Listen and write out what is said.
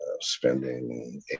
spending